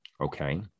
Okay